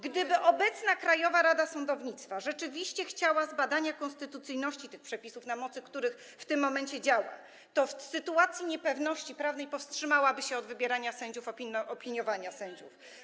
Gdyby obecna Krajowa Rada Sądownictwa rzeczywiście chciała zbadania konstytucyjności przepisów, na mocy których w tym momencie działa, to w sytuacji niepewności prawnej powstrzymałaby się od wybierania sędziów, opiniowania sędziów.